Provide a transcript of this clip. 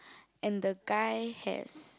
and the guy has